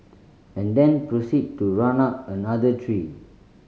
and then proceed to run up another tree